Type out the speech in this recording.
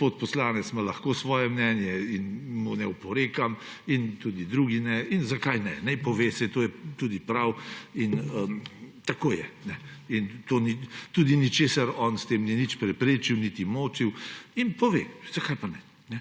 gospod poslanec ima lahko svoje mnenje in mu ne oporekam. In tudi drugi ne. In zakaj ne? Naj pove, saj to je tudi prav. In tako je. Tudi ničesar on s tem ni preprečil, niti motil in pove. Zakaj pa ne?